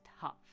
tough